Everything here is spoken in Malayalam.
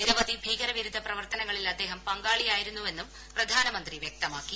നിരവധി ഭീകരവിരുദ്ധ പ്രവർത്തനങ്ങളിൽ അദ്ദേഹം പങ്കാളിയായിരുന്നുവെന്നും പ്രധാനമന്ത്രി വൃക്തമാക്കി